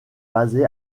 basée